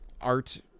art